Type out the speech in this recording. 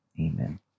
amen